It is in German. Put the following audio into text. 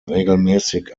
regelmäßig